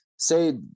Say